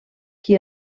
qui